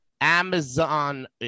Amazon